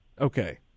Okay